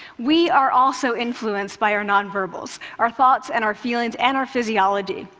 we are also influenced by our nonverbals, our thoughts and our feelings and our physiology.